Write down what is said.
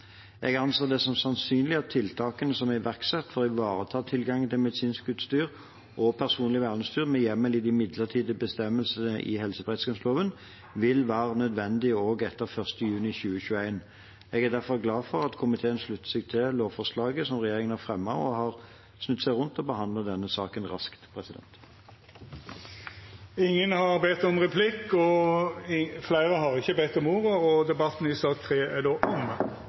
Jeg anser det som sannsynlig at tiltakene som er iverksatt for å ivareta tilgangen til medisinsk utstyr og personlig verneutstyr, med hjemmel i de midlertidige bestemmelsene i helseberedskapsloven, vil være nødvendige også etter 1. juni 2021. Jeg er derfor glad for at komiteen slutter seg til lovforslaget som regjeringen har fremmet, og har snudd seg rundt og behandlet denne saken raskt. Fleire har ikkje bedt om ordet til sak nr. 3. Etter ynske frå helse- og omsorgskomiteen vil presidenten ordna debatten